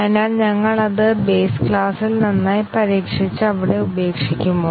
അതിനാൽ ഞങ്ങൾ അത് ബേസ് ക്ലാസിൽ നന്നായി പരീക്ഷിച്ച് അവിടെ ഉപേക്ഷിക്കുമോ